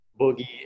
Boogie